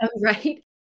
Right